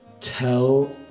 tell